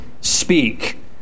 speak